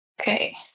Okay